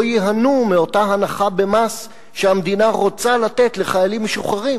ייהנו מאותה הנחה במס שהמדינה רוצה לתת לחיילים משוחררים,